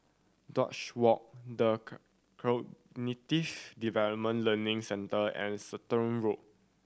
Duchess Walk The Cognitive Development Learning Centre and Road